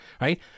right